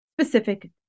specific